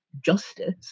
justice